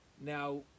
Now